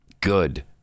Good